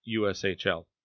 USHL